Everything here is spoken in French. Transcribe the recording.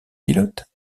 pilote